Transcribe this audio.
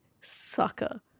sucker